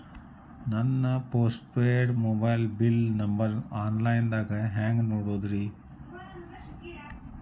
ನನ್ನ postpaid mobile number bill, online ದಾಗ ಹ್ಯಾಂಗ್ ನೋಡೋದ್ರಿ?